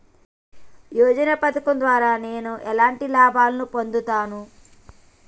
యోజన పథకం ద్వారా నేను ఎలాంటి లాభాలు పొందుతాను?